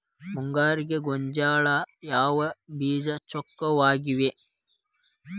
ಮುಂಗಾರಿಗೆ ಗೋಂಜಾಳ ಯಾವ ಬೇಜ ಚೊಕ್ಕವಾಗಿವೆ?